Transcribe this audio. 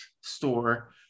store